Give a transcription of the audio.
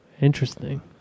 Interesting